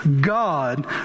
God